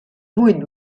buit